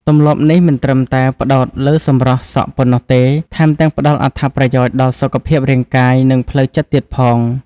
ទម្លាប់នេះមិនត្រឹមតែផ្តោតលើសម្រស់សក់ប៉ុណ្ណោះទេ ថែមទាំងផ្តល់អត្ថប្រយោជន៍ដល់សុខភាពរាងកាយ និងផ្លូវចិត្តទៀតផង។